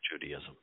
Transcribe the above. Judaism